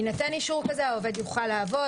יינתן אישור כזה, העובד יוכל לעבוד.